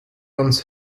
ons